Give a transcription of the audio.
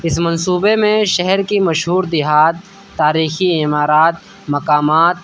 اس منصوبے میں شہر کی مشہور دیہات تاریخی عمارات مقامات